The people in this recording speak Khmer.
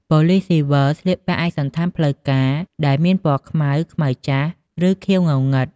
ប៉ូលិសស៊ីវិលស្លៀកឯកសណ្ឋានផ្លូវការដែលមានពណ៌ខ្មៅ ខ្មៅចាស់ ឬខៀវងងឹត។